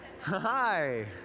Hi